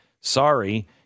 Sorry